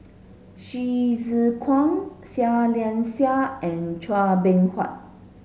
Hsu Tse Kwang Seah Liang Seah and Chua Beng Huat